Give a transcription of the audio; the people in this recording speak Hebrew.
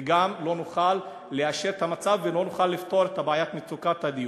וגם לא נוכל לאשר את המצב ולא נוכל לפתור את מצוקת הדיור.